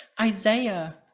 isaiah